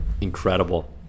Incredible